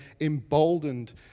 emboldened